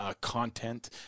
content